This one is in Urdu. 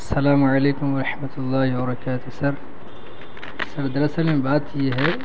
السلام علیکم و رحمتۃہ اللہ ورکات سر سر درصل میں بات کی ہے